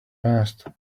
passed